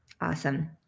Awesome